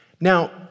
Now